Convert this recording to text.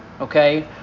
Okay